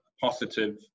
positive